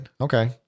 Okay